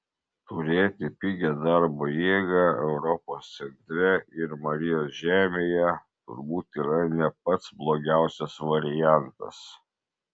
turėti pigią darbo jėgą europos centre ir marijos žemėje turbūt yra ne pats blogiausias variantas